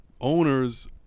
owners